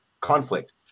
conflict